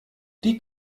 die